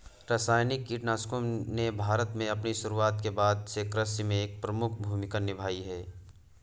रासायनिक कीटनाशकों ने भारत में अपनी शुरूआत के बाद से कृषि में एक प्रमुख भूमिका निभाई हैं